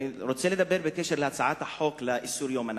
אני רוצה לדבר על הצעת החוק לאיסור יום ה"נכבה".